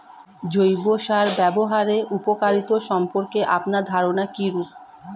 জৈব সার ব্যাবহারের উপকারিতা সম্পর্কে আপনার ধারনা কীরূপ?